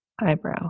eyebrow